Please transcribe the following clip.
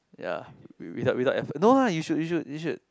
ya without without no lah you should you should you should